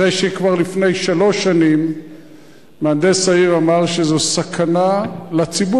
אחרי שכבר לפני שלוש שנים מהנדס העיר אמר שזו סכנה לציבור,